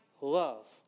love